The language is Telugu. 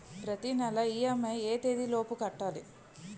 ప్రతినెల ఇ.ఎం.ఐ ఎ తేదీ లోపు కట్టాలి?